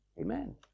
Amen